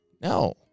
No